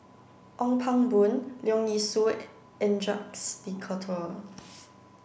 Ong Pang Boon Leong Yee Soo and Jacques De Coutre